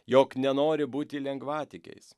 jog nenori būti lengvatikiais